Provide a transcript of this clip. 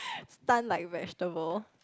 stunt like vegetable